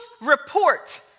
report